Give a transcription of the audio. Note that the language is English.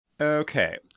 Okay